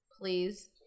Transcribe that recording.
Please